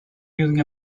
using